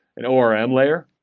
an orm layer,